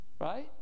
right